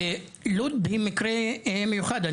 אני מסכים שלוד היא מקרה מיוחד.